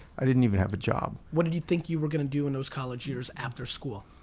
i didn't even have a job. what did you think you were gonna do in those college years after school?